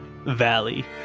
valley